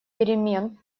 перемен